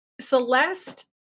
Celeste